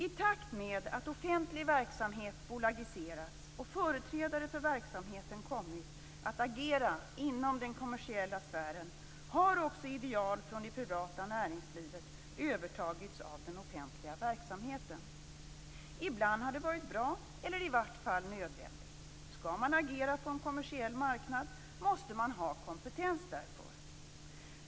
I takt med att offentlig verksamhet bolagiserats och företrädare för verksamheten kommit att agera inom den kommersiella sfären har också ideal från det privata näringslivet övertagits av den offentliga verksamheten. Ibland har det varit bra, eller i vart fall nödvändigt. Skall man agera på en kommersiell marknad måste man ha kompetens därför.